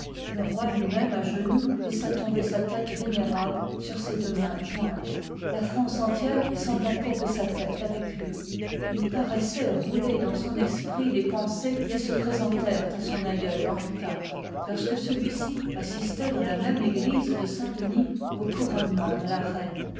le roi lui-même à genoux laissa tomber sa tête vénérable sur ses deux mains jointes la france entière sembla courber sa tête avec lui il paroissoit rouler dans son esprit les pensées qui se présentèrent à son aïeul henri iv lorsque celui-ci assistoit dans la même église de saint-denis aacouronnement de la reine